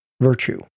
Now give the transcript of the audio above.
virtue